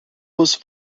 was